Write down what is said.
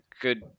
good